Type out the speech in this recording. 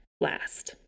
last